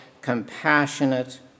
compassionate